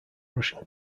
russian